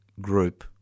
group